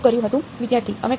વિદ્યાર્થી અમે કર્યું